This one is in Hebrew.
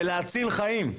ולהציל חיים.